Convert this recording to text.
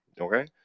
okay